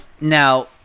Now